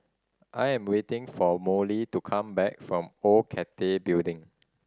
I'm waiting for Molly to come back from Old Cathay Building